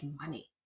money